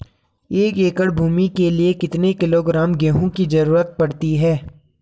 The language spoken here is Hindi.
एक एकड़ भूमि के लिए कितने किलोग्राम गेहूँ की जरूरत पड़ती है?